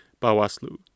Bawaslu